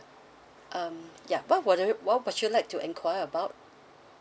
um ya what would you what would you like to enquire about